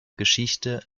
geschichte